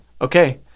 okay